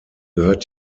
gehört